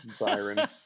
Byron